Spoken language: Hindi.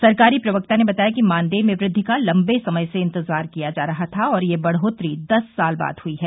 सरकारी प्रवक्ता ने बताया कि मानदेय में वृद्धि का लम्बे समय से इंतजार किया जा रहा था और यह बढ़ोत्तरी दस साल बाद हुई है